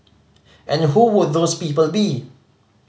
and who would those people be